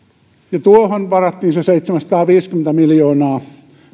ja tuohon varattiin se seitsemänsataaviisikymmentä miljoonaa